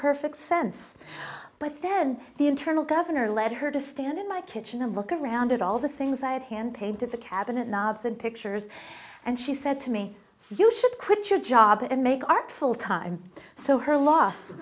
perfect sense but then the internal governor led her to stand in my kitchen and look around at all the things i had hand painted the cabinet knobs and pictures and she said to me you should quit your job and make art full time so her loss